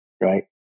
Right